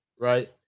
right